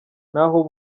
ntaho